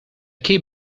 key